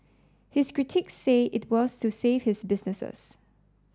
his critics say it was to save his businesses